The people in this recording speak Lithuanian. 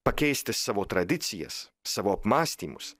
pakeisti savo tradicijas savo apmąstymus